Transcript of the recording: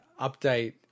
update